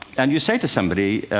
and you say to somebody,